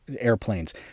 Airplanes